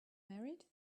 married